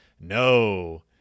No